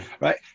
right